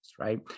right